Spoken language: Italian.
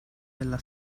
della